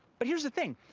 but here's the thing.